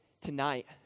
tonight